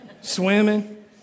Swimming